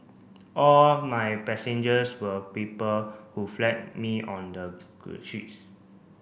all my passengers were people who flagged me on the streets